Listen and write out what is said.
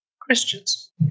Christians